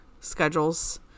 schedules